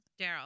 Daryl